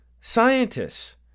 scientists